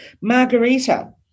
Margarita